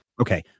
Okay